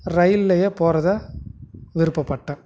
ரயில்லையே போறதை விருப்பப்பட்டேன்